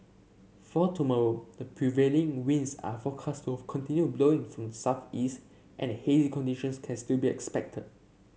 for tomorrow the prevailing winds are forecast of continue blowing from the southeast and hazy conditions can still be expected